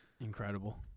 Incredible